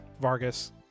Vargas